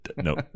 No